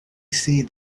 see